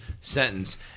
sentence